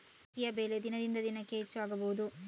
ಅಕ್ಕಿಯ ಬೆಲೆ ದಿನದಿಂದ ದಿನಕೆ ಹೆಚ್ಚು ಆಗಬಹುದು?